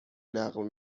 نقل